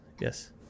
yes